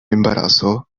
embarazo